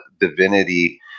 divinity